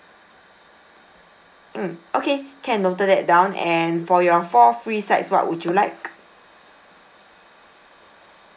mm okay can noted that down and for your four free sides what would you like